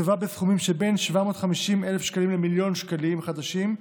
תוקצבה בסכומים שבין 750,000 שקלים למיליון שקלים חדשים,